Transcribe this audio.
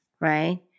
right